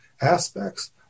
aspects